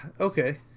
okay